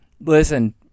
listen